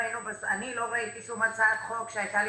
אני לא ראיתי שום הצעת חוק שהייתה לי